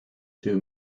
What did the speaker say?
two